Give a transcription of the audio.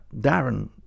Darren